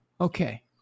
Okay